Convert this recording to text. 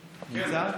נמצא?